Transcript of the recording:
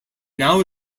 now